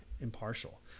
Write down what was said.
impartial